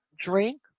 drink